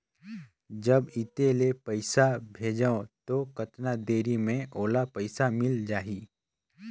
जब इत्ते ले पइसा भेजवं तो कतना देरी मे ओला पइसा मिल जाही?